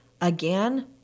Again